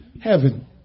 Heaven